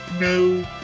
no